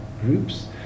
groups